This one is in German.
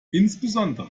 insbesondere